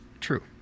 True